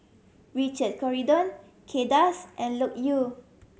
Richard Corridon Kay Das and Loke Yew